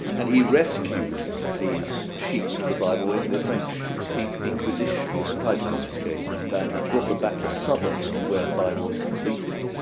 and he rescued these sheets of the bible and the french inquisition tried to confiscate them down and brought them back to southwark where the bible was completed.